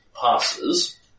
passes